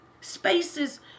spaces